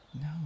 No